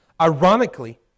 Ironically